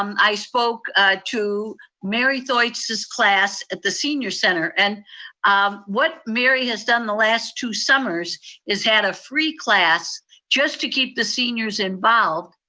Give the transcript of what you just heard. um i spoke to mary thoight's class at the senior center and um what mary has done the last two summers is had a free class just to keep the seniors involved.